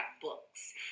books